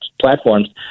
platforms